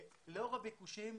לאור הביקושים,